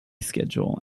schedule